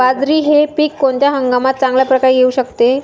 बाजरी हे पीक कोणत्या हंगामात चांगल्या प्रकारे येऊ शकते?